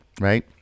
right